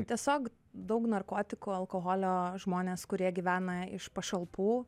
tiesiog daug narkotikų alkoholio žmonės kurie gyvena iš pašalpų